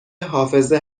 حافظه